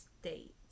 state